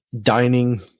dining